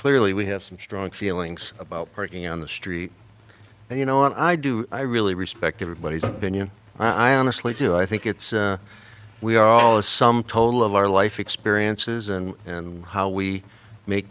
clearly we have some strong feelings about parking on the street and you know what i do i really respect everybody's opinion i honestly do i think it's we're all the sum total of our life experiences and how we make